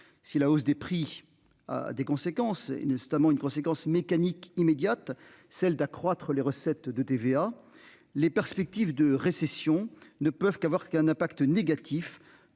Si la hausse des prix. Des conséquences une instamment une conséquence mécanique immédiate, celle d'accroître les recettes de TVA. Les perspectives de récession ne peuvent qu'avoir qu'un impact négatif